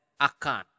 akan